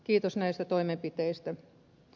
kiitos näistä toimenpiteistä